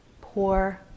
poor